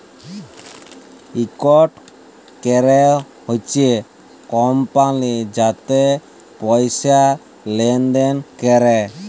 ইকট ক্যরে হছে কমপালি যাতে পয়সা লেলদেল ক্যরে